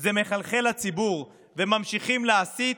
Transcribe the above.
זה מחלחל לציבור וממשיכים להסית,